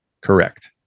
correct